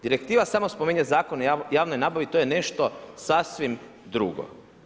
Direktiva samo spominje zakone javne nabave i to je nešto sasvim drugo.